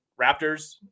Raptors